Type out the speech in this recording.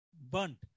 Burnt